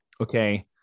Okay